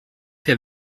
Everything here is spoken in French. fait